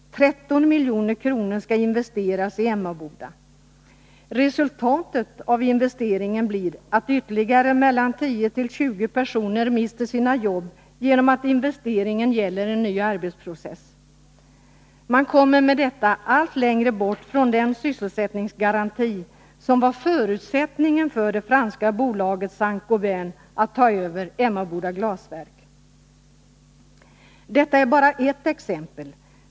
13 milj.kr. skall investeras i Emmaboda. Resultatet av investeringen blir att ytterligare mellan 10 och 20 personer mister sina jobb, eftersom investeringen gäller en ny arbetsprocess. Man kommer med detta allt längre bort från den sysselsättningsgaranti som var förutsättningen för att det franska bolaget Saint Gobain fick ta över Emmaboda Glasverk. Detta är bara ett exempel.